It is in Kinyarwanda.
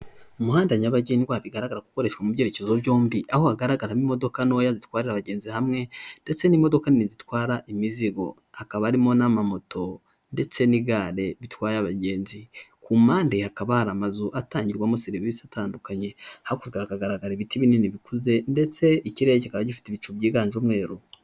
Umuhanda nyabagendwa igaragara gukoreshwa mu byerekezo byombi, aho hagaragaramo imodoka ntoya zitwara abagenzi hamwe ndetse n'imodoka nini zitwara imizigo, hakaba arimo n'amamoto ndetse n'igare bitwaye abagenzi ku mpande hakaba hari amazu atangirwamo serivisi zitandukanye, hakunze kugaragara ibiti binini bikuze ndetse ikirere kikaba gifite ibicu byiganje umweru.